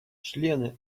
члены